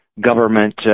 government